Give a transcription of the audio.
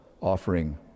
offering